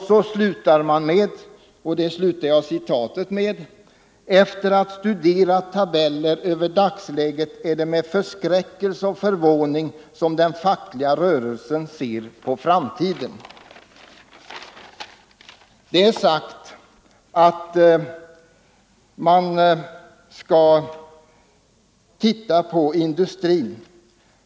Så slutar man med följande: ”Efter att studerat tabeller över dagsläget är det med förskräckelse och förvåning som den fackliga rörelsen ser på framtiden.” Det har sagts att man skall se på utvecklingen inom industrin.